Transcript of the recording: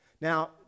Now